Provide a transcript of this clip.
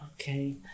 okay